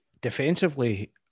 Defensively